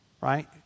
Right